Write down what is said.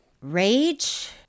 Rage